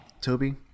Toby